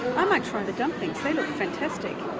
i might try the dumplings, they look fantastic.